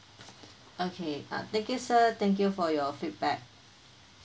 okay thank you sir thank you for your feedback